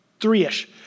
three-ish